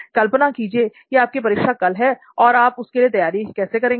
कल्पना कीजिए कि आप की परीक्षा कल है तो आप उसके लिए तैयारी कैसे करेंगे